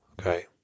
okay